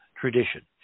tradition